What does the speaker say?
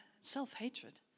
Self-hatred